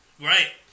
right